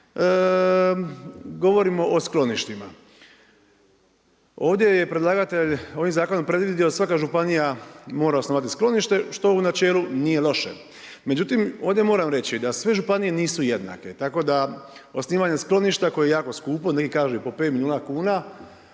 govorimo o skloništima. Ovdje je predlagatelj ovim zakonom predvidio da svaka županija mora osnovati sklonište, što u načelu nije loše. Međutim, ovdje moram reći da sve županije nisu jednake. Tako da osnivanje skloništa koje je jako skupo, neki kažu i po 5 milijuna kuna,